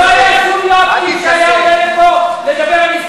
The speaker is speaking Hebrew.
אני לא רוצה להתחיל לקרוא לסדר.